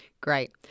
Great